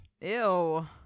Ew